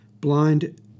Blind